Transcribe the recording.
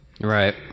Right